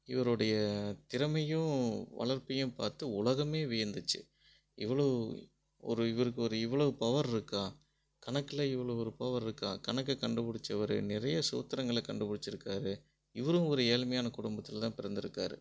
இவருடைய திறமையும் வளர்ப்பையும் பார்த்து உலகமே வியந்துச்சு இவ்வளவு ஒரு இவருக்கு ஒரு இவ்வளோவு பவர் இருக்கா கணக்கில் இவ்வளோ ஒரு பவர் இருக்கா கணக்க கண்டுபிடிச்சவரு நிறைய சூத்திரங்களை கண்டுபிடிச்சிருக்காரு இவரும் ஒரு ஏழ்மையான குடும்பத்தில் தான் பிறந்துருக்கார்